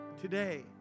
Today